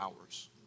hours